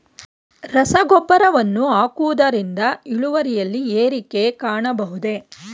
ರಸಗೊಬ್ಬರವನ್ನು ಹಾಕುವುದರಿಂದ ಇಳುವರಿಯಲ್ಲಿ ಏರಿಕೆ ಕಾಣಬಹುದೇ?